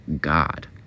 God